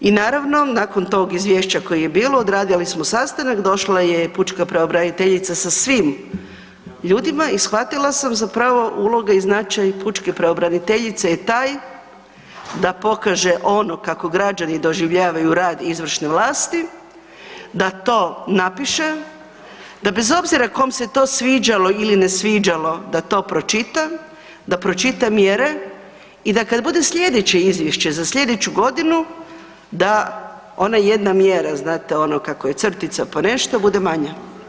I naravno nakon tog izvješća koje je bilo odradili smo sastanak, došla je pučka pravobraniteljica sa svim ljudima i shvatila sam zapravo ulogu i značaj pučke pravobraniteljice je taj da pokaže ono kako građani doživljavaju rad izvršne vlasti da to napiše, da bez obzira kom se to sviđalo ili ne sviđalo da to pročita, da pročita mjere i da kad bude slijedeće izvješće za slijedeću godinu da ona jedna mjera, znate ono kako je crtica, pa nešto, bude manja.